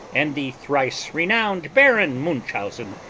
and the thrice-renowned baron munchausen,